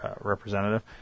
representative